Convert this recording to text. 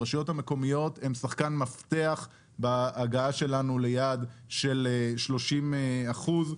הרשויות המקומיות הן שחקן מפתח בהגעה שלנו ליעד של 30 אחוזים.